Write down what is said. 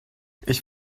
ich